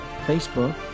Facebook